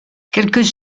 quelques